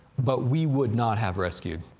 but we would not have rescued.